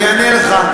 אני אענה לך,